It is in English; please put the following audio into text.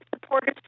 supporters